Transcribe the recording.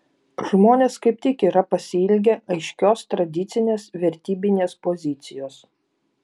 žmonės kaip tik yra pasiilgę aiškios tradicinės vertybinės pozicijos